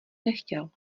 nechtěl